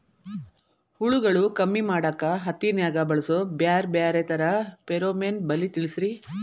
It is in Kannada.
ಹುಳುಗಳು ಕಮ್ಮಿ ಮಾಡಾಕ ಹತ್ತಿನ್ಯಾಗ ಬಳಸು ಬ್ಯಾರೆ ಬ್ಯಾರೆ ತರಾ ಫೆರೋಮೋನ್ ಬಲಿ ತಿಳಸ್ರಿ